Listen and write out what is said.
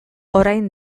orain